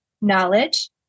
knowledge